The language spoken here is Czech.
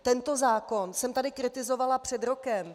Tento zákon jsem tady kritizovala před rokem.